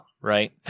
right